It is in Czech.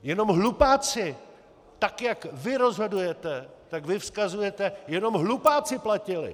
Jenom hlupáci tak jak vy rozhodujete, tak vy vzkazujete jenom hlupáci platili!